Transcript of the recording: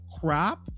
crap